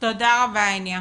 תודה רבה הניה.